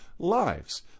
lives